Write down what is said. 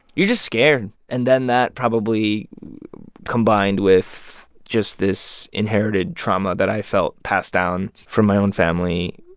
you're just scared. and then that, probably combined with just this inherited trauma that i felt passed down from my own family,